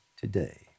Today